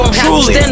truly